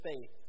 faith